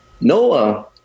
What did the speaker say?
Noah